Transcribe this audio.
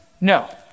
No